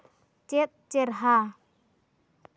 ᱪᱮᱫ ᱪᱮᱨᱦᱟ